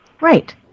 Right